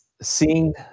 seeing